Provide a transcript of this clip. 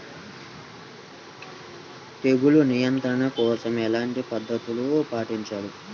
తెగులు నియంత్రణ కోసం ఎలాంటి పద్ధతులు పాటించాలి?